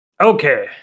Okay